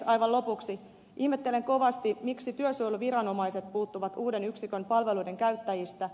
aivan lopuksi ihmettelen kovasti miksi työsuojeluviranomaiset puuttuvat uuden yksikön palveluiden käyttäjistä